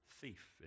thief